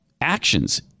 Actions